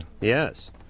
Yes